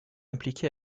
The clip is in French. impliqué